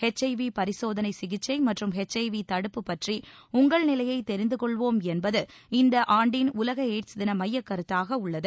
HIV பரிசோதனை சிகிச்சை மற்றும் எச்ஐவி தடுப்பு பற்றி உங்கள் நிலையை தெரிந்து கொள்ளவும் என்பது இந்த ஆண்டின் உலக எய்ட்ஸ் தின மையக் கருத்தாக அமைந்துள்ளது